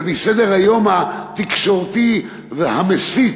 ומסדר-היום התקשורתי והמסיט,